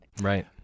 Right